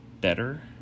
better